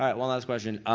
um one last question.